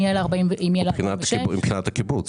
מבחינת הקיבוץ.